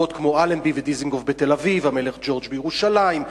רחובות כמו אלנבי ודיזנגוף בתל-אביב והמלך ג'ורג' בירושלים,